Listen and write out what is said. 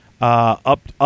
Up